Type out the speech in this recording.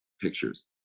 pictures